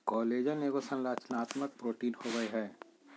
collagen एगो संरचनात्मक protein होबैय हइ